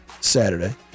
Saturday